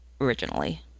originally